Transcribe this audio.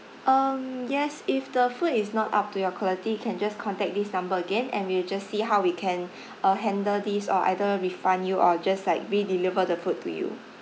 um yes if the food is not up to your quality you can just contact this number again and we'll just see how we can uh handle this or either refund you or just like re deliver the food to you